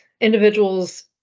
individuals